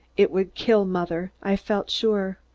it would kill mother, i felt sure.